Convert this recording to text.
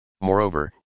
moreover